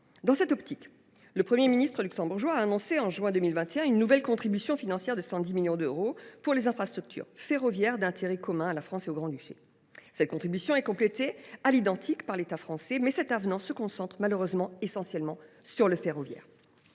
Dans cette optique, le Premier ministre luxembourgeois a annoncé en juin 2021 une nouvelle contribution financière de 110 millions d’euros pour les infrastructures ferroviaires d’intérêt commun à la France et au Grand Duché. Cette contribution est complétée d’une somme identique par l’État français, mais cet avenant se concentre, malheureusement, essentiellement sur le ferroviaire.